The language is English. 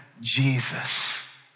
Jesus